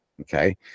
Okay